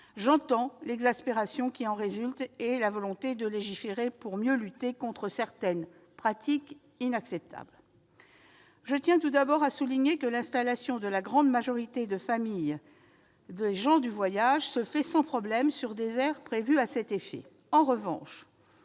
j'entends l'exaspération qui en résulte et la volonté de légiférer pour mieux lutter contre certaines pratiques inacceptables. Je tiens tout d'abord à souligner que l'installation de la grande majorité de familles de gens du voyage se fait sans problème, sur des aires prévues à cet effet. En revanche,